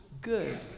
good